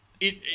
It